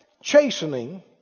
chastening